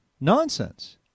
nonsense